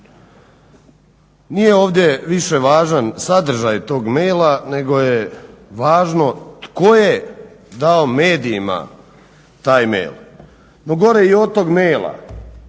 Nije ovdje više važan sadržaj tog e-maila nego je važno tko je dao medijima taj e-mail. No, gore i od tog e-maila,